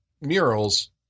murals